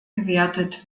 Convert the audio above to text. gewertet